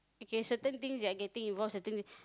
okay certain things that I can think involve certain